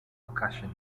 percussion